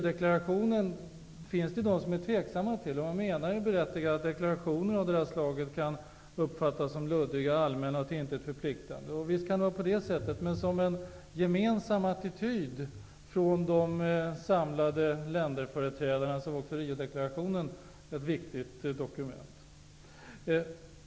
Det finns de som är tveksamma till Riodeklarationen i dag. Det är berättigat att sådana deklarationer kan uppfattas som luddiga, allmänna och till intet förpliktande. Visst kan det vara så, men som ett bevis för den gemensamma attityden hos företrädare för de samlade länderna och för Riodeklarationens betydelse är det ett viktigt dokument.